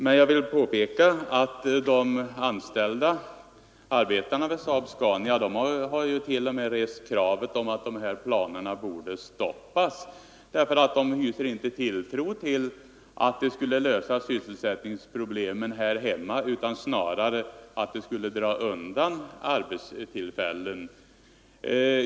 Jag vill emellertid påpeka att de anställda arbetarna vid SAAB-Scania t.o.m. rest kravet att de här planerna skulle stoppas. Arbetarna hyser nämligen inte tilltro till att genomförande av planerna skulle lösa sysselsättningsproblemen här hemma, utan de anser snarare att det skulle dra undan arbetstillfällen.